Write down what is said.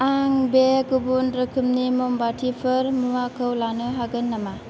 आं बे गुबुन रोखोमनि मम बातिफोर मुवाखौ लानो हागोन नामा